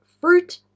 fruit